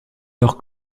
leur